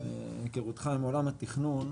מהיכרותך עם עולם התכנון.